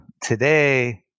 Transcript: Today